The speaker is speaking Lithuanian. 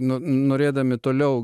nu norėdami toliau